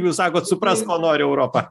jūs sakot suprast ko nori europa